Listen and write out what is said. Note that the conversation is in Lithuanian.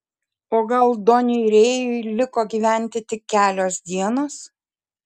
o gal doniui rėjui liko gyventi tik kelios dienos